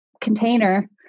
container